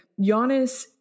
Giannis